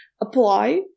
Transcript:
apply